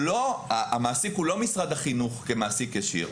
המעסיק הוא לא משרד החינוך כמעסיק ישיר,